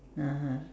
(uh huh)